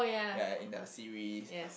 ya in the series